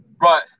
Right